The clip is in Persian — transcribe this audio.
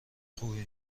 خوبی